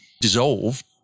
dissolved